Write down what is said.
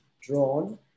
drawn